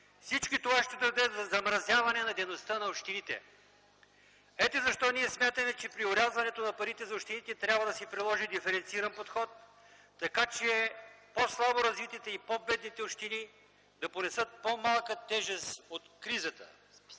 Всичко това ще доведе до замразяване дейността на общините. Ето защо ние смятаме, че при орязването на парите за общините трябва да се приложи диференциран подход, така че по-слабо развитите и по-бедни общини да понесат по-малка тежест от кризата, да